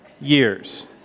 years